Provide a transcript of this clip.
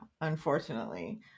Unfortunately